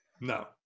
No